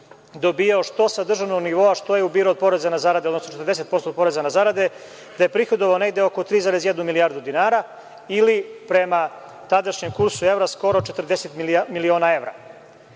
dobijao, što sa državnog nivoa, što je ubirao od poreza na zarade, odnosno 40% od poreza na zarade, da je prihodovao negde oko 3,1 milijardu dinara ili, prema tadašnjem kursu evra, skoro 40 miliona evra.